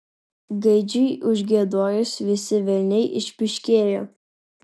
gaidžiui užgiedojus visi velniai išpyškėjo